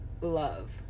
love